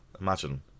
imagine